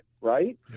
right